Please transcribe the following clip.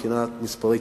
מבחינת המספרים,